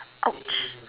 !ouch!